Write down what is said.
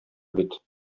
бит